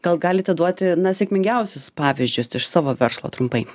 gal galite duoti na sėkmingiausius pavyzdžius iš savo verslo trumpai